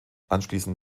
anschließend